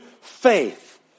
faith